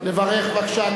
לברך בבקשה,